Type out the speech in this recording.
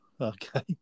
Okay